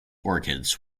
orchids